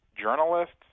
journalists